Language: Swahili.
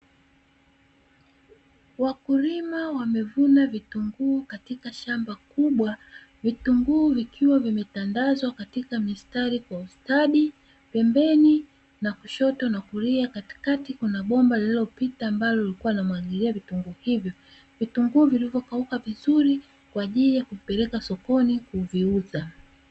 Wakulima wamevuna vitunguu katika shamba kubwa, vitunguu vikiwa vimetandazwa katika mistari kwa ustadi pembeni na kushoto na kulia katikati kuna bomba lililopita ambalo lilikuwa linamwagilia vitunguu hivyo, vitunguu vilivyokauka vizuri kwa ajili ya kupeleka sokoni kuviuza.